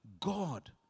God